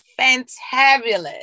fantabulous